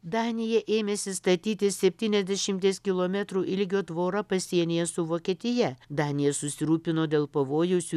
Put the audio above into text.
danija ėmėsi statyti septyniasdešimties kilometrų ilgio tvorą pasienyje su vokietija danija susirūpino dėl pavojaus jų